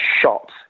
shot